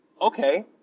Okay